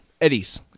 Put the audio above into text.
Eddie's